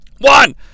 One